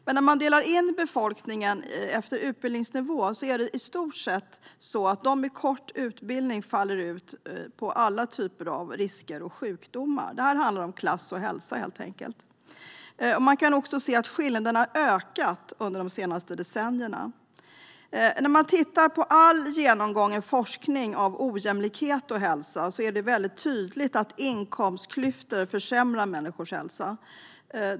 Men när man delar in befolkningen efter utbildningsnivå är det i stort sett så att de med kort utbildning faller ut på alla typer av risker och sjukdomar. Det handlar helt enkelt om klass och hälsa. Man kan också se att skillnaderna har ökat under de senaste decennierna. När man tittar på all genomgången forskning av ojämlikhet och hälsa är det väldigt tydligt att inkomstklyftor försämrar människors hälsa.